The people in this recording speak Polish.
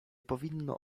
powinno